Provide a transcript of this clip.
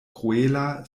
kruela